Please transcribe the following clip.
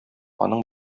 аның